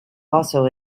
also